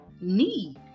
need